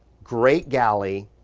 great galley,